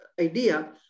idea